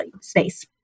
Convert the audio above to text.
space